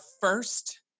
first